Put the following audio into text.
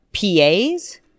PAs